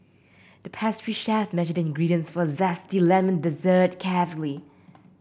the pastry chef measured the ingredients for a zesty lemon dessert carefully